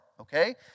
okay